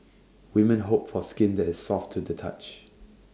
women hope for skin that is soft to the touch